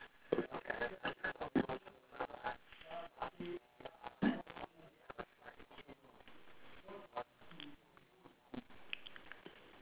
okay